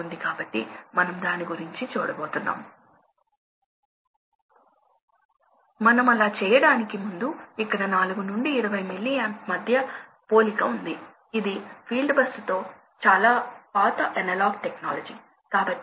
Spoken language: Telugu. కాబట్టి బదులుగా ఇది ఎక్కువ సమయం సగం స్థాయిలో పనిచేస్తుంది మరియు ఇది చాలా తక్కువ సమయం వరకు చాలా తక్కువ స్థాయిలో పనిచేస్తుంది కాబట్టి ఇది ఒక సాధారణ లోడ్ లక్షణం